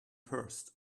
first